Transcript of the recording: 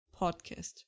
podcast